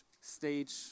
stage